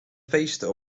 feesten